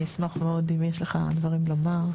אני אשמח מאוד אם יש לך דברים לומר?